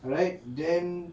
alright then